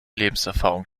lebenserfahrung